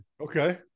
Okay